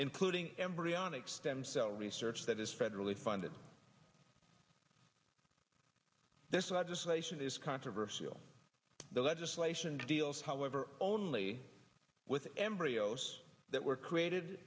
including embryonic stem cell research that is federally funded this legislation is controversial the legislation deals however only with embryos that were created